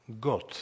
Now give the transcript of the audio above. God